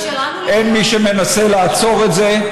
אין מי שמנסה לעצור את זה,